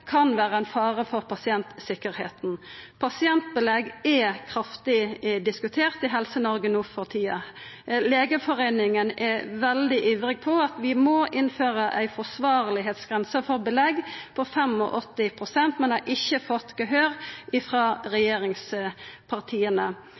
kan vera ein fare for pasientsikkerheita. Pasientbelegg er kraftig diskutert i Helse-Noreg no for tida. Legeforeningen er veldig ivrig på at vi må innføra ei forsvarleg grense for belegg på 85 pst., men har ikkje fått gehør